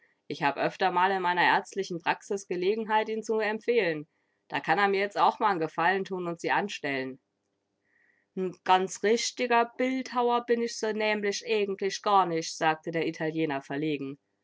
ich hab öfter mal in meiner ärztlichen praxis gelegenheit ihn zu empfehlen da kann a mir jetzt auch mal n gefallen tun und sie anstellen n ganz richt'ger pildhauer bin ich se nämlich eegentlich gar nich sagte der italiener verlegen